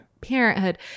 Parenthood